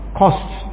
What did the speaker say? costs